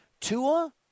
Tua